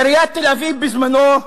עיריית תל-אביב, בזמנו,